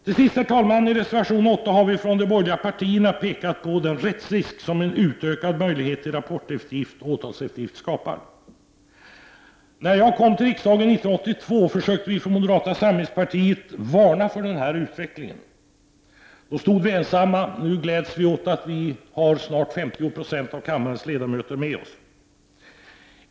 Till sist, herr talman, har vi i reservation 8 från de borgerliga partierna pekat på den rättsrisk som en utökad möjlighet till rapporteftergift och åtalseftergift skapar. Redan när jag kom till riksdagen 1982 försökte vi från moderata samlingspartiet varna för denna utveckling. Då stod vi ensamma, men nu gläds vi åt att vi snart har 50 26 av kammarens ledamöter med oss i vår uppfattning.